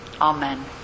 Amen